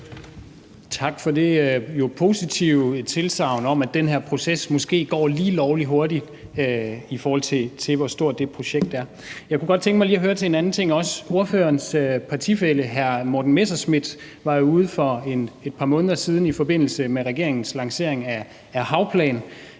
Det er jo positive tilsagn om, at den her proces måske går lige lovlig hurtigt, i forhold til hvor stort det projekt er. Jeg kunne godt tænke mig lige at høre til en anden ting også. Ordførerens partifælle hr. Morten Messerschmidt var jo for et par måneder siden ude og sige – sammen med hr.